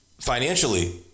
financially